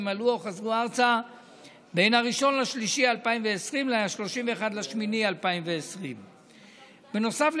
אם עלו או חזרו ארצה בין 1 במרץ 2020 ל-31 באוגוסט 2020. בנוסף,